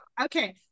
Okay